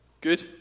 Good